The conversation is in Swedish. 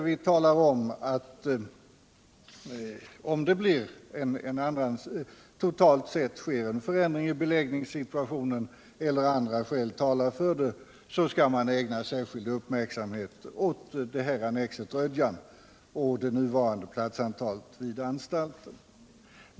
Vi talar om att man — om det totalt sett sker en förändring i beläggningssituationen eller om det finns andra skäl — skall ägna särskild uppmärksamhet åt annexet Rödjan och även beakta det nuvarande platsantalet vid huvudanstalten.